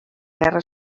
guerra